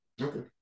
Okay